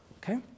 okay